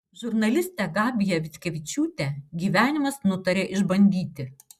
žurnalistę gabiją vitkevičiūtę gyvenimas nutarė išbandyti